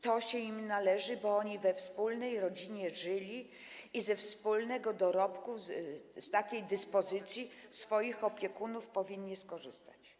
To się im należy, bo oni we wspólnej rodzinie żyli i ze wspólnego dorobku na podstawie takiej dyspozycji swoich opiekunów powinni móc skorzystać.